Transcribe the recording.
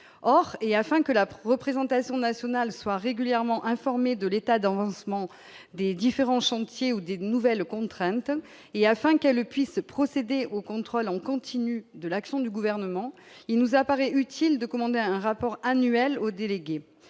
or et afin que la preuve représentation nationale soient régulièrement informés de l'état dans Lancement des différents chantiers ou des nouvelles contraintes et afin qu'elle puisse procéder aux contrôles, on continue de l'action du gouvernement, il nous apparaît utile de commander un rapport annuel au délégué